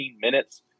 minutes